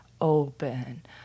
open